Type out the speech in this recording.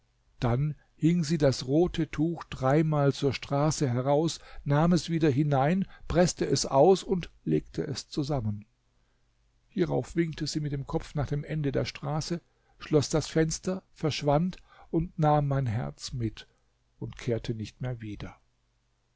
dann hing sie das rote tuch dreimal zur straße heraus nahm es wieder hinein preßte es aus und legte es zusammen hierauf winkte sie mit dem kopf nach dem ende der straße schloß das fenster verschwand und nahm mein herz mit und kehrte nicht mehr wieder